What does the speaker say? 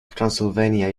transylvania